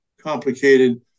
complicated